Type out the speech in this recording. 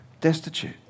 destitute